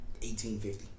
1850